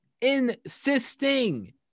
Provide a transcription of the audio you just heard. insisting